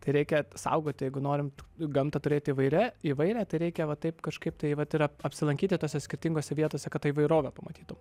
tai reikia saugoti jeigu norim gamtą turėti įvairia įvairią tai reikia va taip kažkaip tai vat yra apsilankyti tose skirtingose vietose kad tą įvairovę pamatytum